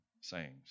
sayings